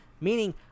Meaning